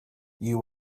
you